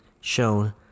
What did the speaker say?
shown